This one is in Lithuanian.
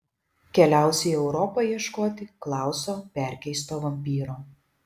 keliaus į europą ieškoti klauso perkeisto vampyro